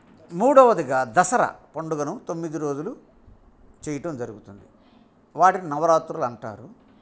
మూడవదిగా దసరా పండుగను తొమ్మిది రోజులు చెయ్యడం జరుగుతుంది వాటిని నవరాత్రులు అంటారు